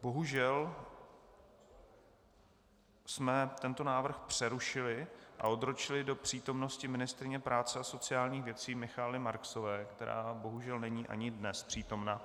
Bohužel jsme tento návrh přerušili a odročili do přítomnosti ministryně práce a sociálních věcí Michaely Marksové, která bohužel není ani dnes přítomna.